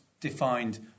defined